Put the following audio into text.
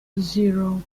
zero